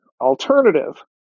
alternative